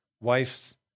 wife's